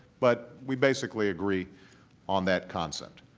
but we basically agree on that concept.